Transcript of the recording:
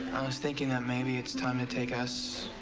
i was thinking that maybe it's time to take us.